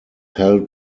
held